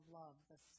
love